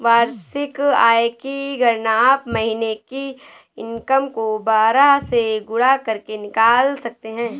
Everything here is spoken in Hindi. वार्षिक आय की गणना आप महीने की इनकम को बारह से गुणा करके निकाल सकते है